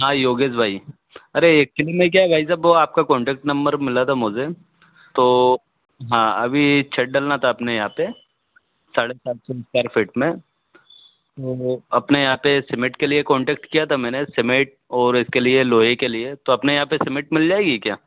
हाँ योगेश भाई अरे एक्च्वली में क्या भाई साहब वो आपका कौन्टेक्ट नंबर मिला था मुझे तो हाँ अभी छत्त डलना था अपने यहाँ पर साढ़े सात सौ एस्क्वाइर फिट में वो अपने यहाँ पर सीमेट के लिए कौन्टैक्ट किया था मैंने सीमेट और इसके लिए लोहे के लिए तो अपने यहाँ पर सीमेट मिल जाएगी क्या